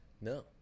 No